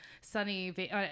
sunny